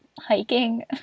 hiking